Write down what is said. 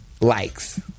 likes